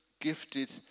gifted